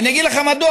ואני אגיד לך מדוע,